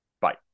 Bye